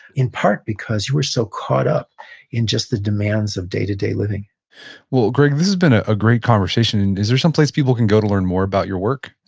in part because you were so caught up in just the demands of day-to-day living well gregg, this has been a ah great conversation. and is there someplace people can go to learn more about your work?